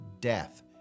death